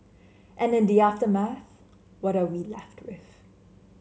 and in the aftermath what are we left with